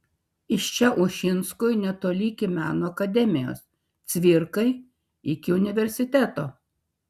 iš čia ušinskui netoli iki meno akademijos cvirkai iki universiteto